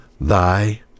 thy